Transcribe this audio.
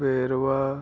ਵੇਰਵਾ